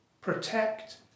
Protect